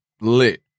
lit